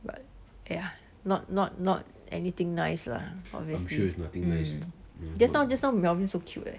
but yeah not not not anything nice lah always mm just now just now melvin so cute leh